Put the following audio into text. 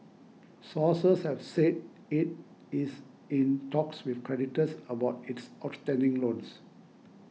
sources have said it is in talks with creditors about its outstanding loans